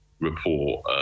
report